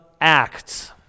Acts